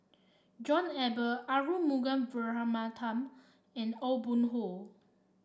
John Eber Arumugam Vijiaratnam and Aw Boon Haw